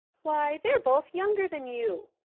why, they're both younger than you.